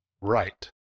Right